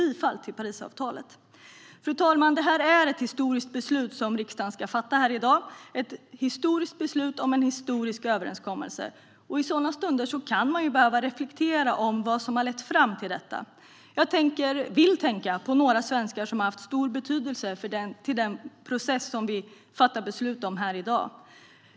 Beslutet som riksdagen ska fatta i dag är historiskt. Det är ett historiskt beslut om en historisk överenskommelse. I sådana stunder kan man behöva reflektera över vad som har lett fram till detta. Jag tänker på några svenskar som har haft stor betydelse för den process som vi fattar beslut om här i dag.